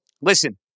Listen